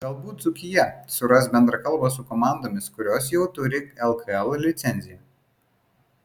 galbūt dzūkija suras bendrą kalbą su komandomis kurios jau turi lkl licenciją